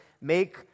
Make